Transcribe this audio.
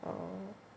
oh